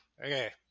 okay